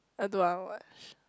I don't want watch